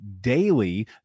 daily